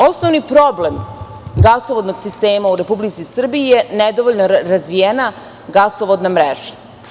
Osnovni problem gasovodnog sistema u Republici Srbiji je nedovoljno razvijena gasovodna mreža.